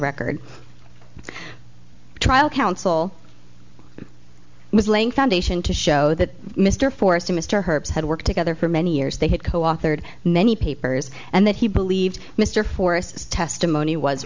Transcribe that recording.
record trial counsel was laying foundation to show that mr forrester mr herb's had worked together for many years they had coauthored many papers and that he believed mr forrest testimony was